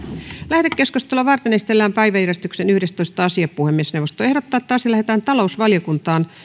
lähetekeskustelua varten esitellään päiväjärjestyksen yhdestoista asia puhemiesneuvosto ehdottaa että asia lähetetään talousvaliokuntaan